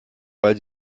weil